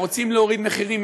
רוצים להוריד מחירים.